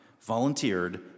volunteered